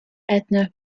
edna